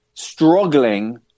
struggling